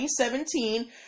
2017